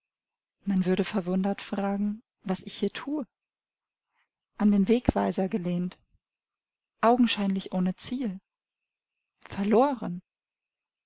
man würde verwundert fragen was ich hier thue an den wegweiser gelehnt augenscheinlich ohne ziel verloren